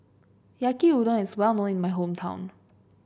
Yaki Udon is well known in my hometown